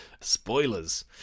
Spoilers